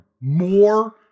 More